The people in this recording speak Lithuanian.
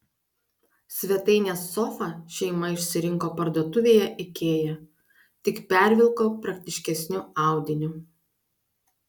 svetainės sofą šeima išsirinko parduotuvėje ikea tik pervilko praktiškesniu audiniu